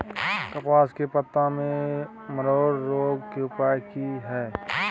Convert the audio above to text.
कपास के पत्ता में मरोड़ रोग के उपाय की हय?